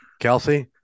Kelsey